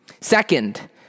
Second